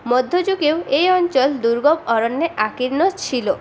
মধ্যযুগেও এই অঞ্চল দুর্গম অরণ্যে আকীর্ণ ছিল